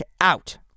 out